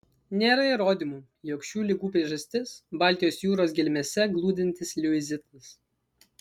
nėra įrodymų jog šių ligų priežastis baltijos jūros gelmėse glūdintis liuizitas